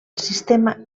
sistema